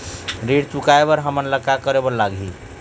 ऋण चुकाए बर हमन ला का करे बर लगही?